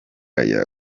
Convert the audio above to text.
aya